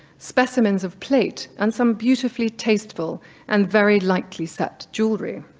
specimens of place and some beautifully tasteful and very lightly set jewelry.